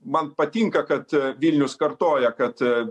man patinka kad vilnius kartoja kad